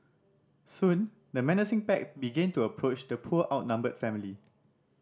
soon the menacing pack began to approach the poor outnumbered family